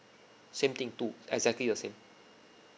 same thing two exactly the same